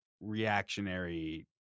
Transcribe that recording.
reactionary